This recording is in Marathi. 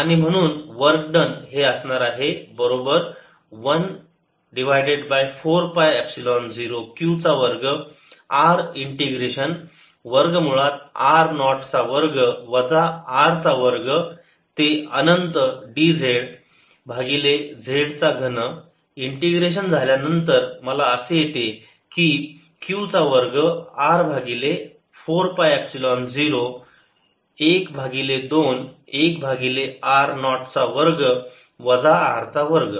F14π0qR qr2r r2 R2214π0q2Rrr2 R22 0F drq2R4π0r0rdrr2 R22 Let r2 R2z2zdzrdr Wq2R4π0r02 R2zdzz4 आणि म्हणून वर्क डन हे असणार आहे बरोबर 1 भागिले 4 पाय एपसिलोन 0 q चा वर्ग r इंटिग्रेशन वर्ग मुळात r नॉट चा वर्ग वजा r चा वर्ग ते अनंत dz भागिले z चा घन इंटिग्रेशन झाल्यानंतर मला असे येते की q चा वर्ग r भागिले 4 पाय एपसिलोन 0 1 भगिले 2 1 भागिले r नॉट चा वर्ग वजा r वर्ग